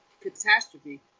catastrophe